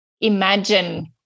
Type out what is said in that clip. imagine